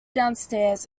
downstairs